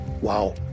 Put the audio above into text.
Wow